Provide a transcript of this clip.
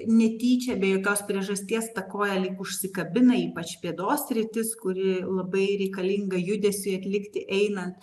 netyčia be jokios priežasties ta koja lyg užsikabina ypač pėdos sritis kuri labai reikalinga judesiui atlikti einant